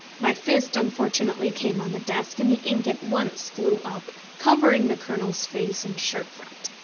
my fist unfortunately came on the desk, and the ink at once flew up, covering the colonel's face and shirt-front.